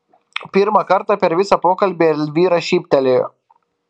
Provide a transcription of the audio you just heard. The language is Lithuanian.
pirmą kartą per visą pokalbį elvyra šyptelėjo